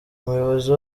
umuyobozi